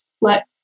let